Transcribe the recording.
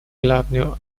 главную